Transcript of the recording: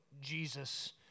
Jesus